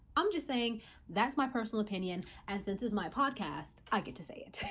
i'm just saying that's my personal opinion and since is my podcast, i get to say it.